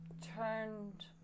turned